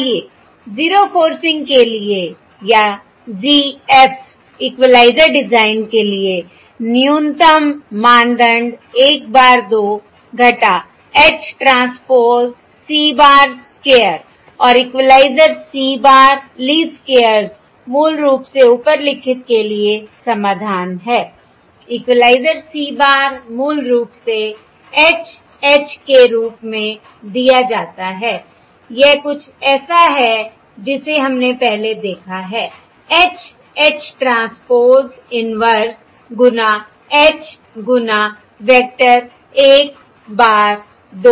आइए 0 फोर्सिंग के लिए या Zee F इक्वलाइज़र डिजाइन के लिए न्यूनतममानदंड 1 bar 2 H transpose c bar square और equaliser c bar least squares मूल रूप से ऊपर लिखित के लिए समाधान है इक्वलाइज़र c बार मूल रूप से H H के रूप में दिया जाता है यह कुछ ऐसा है जिसे हमने पहले देखा है H H ट्रांसपोज़ इन्वर्स गुना H गुना वेक्टर 1 bar 2